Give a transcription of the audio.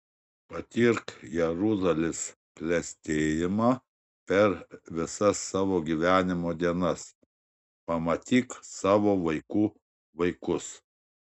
patirk jeruzalės klestėjimą per visas savo gyvenimo dienas pamatyk savo vaikų vaikus